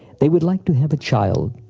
they would like to have a child.